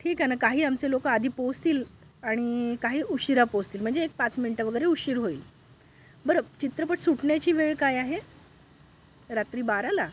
ठीक आहे ना काही आमचे लोक आधी पोहोचतील आणि काही उशिरा पोहोचतील म्हणजे एक पाच मिणटं वगैरे उशीर होईल बरं चित्रपट सुटण्याची वेळ काय आहे रात्री बाराला